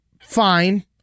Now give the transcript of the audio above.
fine